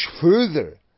further